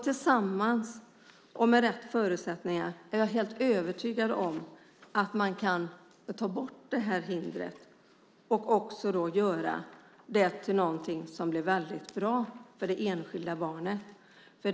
Tillsammans och med rätt förutsättningar är jag helt övertygad om att man kan ta bort detta hinder och också göra detta till något som blir väldigt bra för det enskilda barnet.